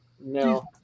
no